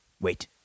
Wait